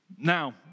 Now